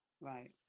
Right